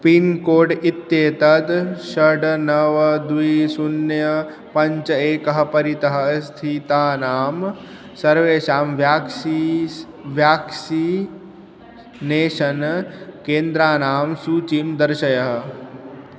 pincode इत्येतत् षट् नव द्वे शून्यं पञ्च एकः परितः स्थितानां सर्वेषां व्याक्सीस् व्याक्सीनेषन् केन्द्रानां सूचीं दर्शय